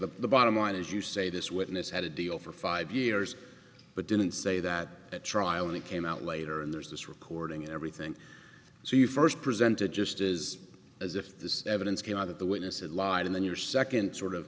ways the bottom line is you say this witness had a deal for five years but didn't say that at trial and it came out later and there's this recording everything she first presented just is as if this evidence came out of the witness and lied and then your second sort of